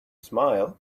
smile